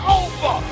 over